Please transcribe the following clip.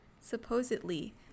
supposedly